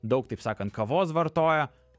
daug taip sakant kavos vartoja